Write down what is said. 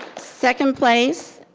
second place,